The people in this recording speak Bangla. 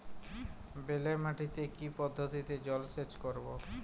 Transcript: বেলে মাটিতে কি পদ্ধতিতে জলসেচ করব?